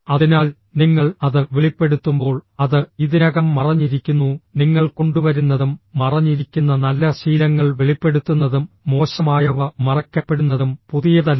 അതിനാൽ നിങ്ങൾ അത് വെളിപ്പെടുത്തുമ്പോൾ അത് ഇതിനകം മറഞ്ഞിരിക്കുന്നു നിങ്ങൾ കൊണ്ടുവരുന്നതും മറഞ്ഞിരിക്കുന്ന നല്ല ശീലങ്ങൾ വെളിപ്പെടുത്തുന്നതും മോശമായവ മറയ്ക്കപ്പെടുന്നതും പുതിയതല്ല